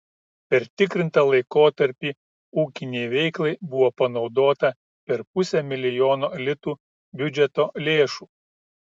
per tikrintą laikotarpį ūkinei veiklai buvo panaudota per pusę milijono litų biudžeto lėšų